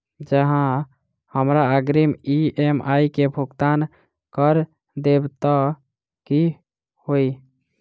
जँ हमरा अग्रिम ई.एम.आई केँ भुगतान करऽ देब तऽ कऽ होइ?